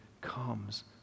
comes